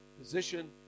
position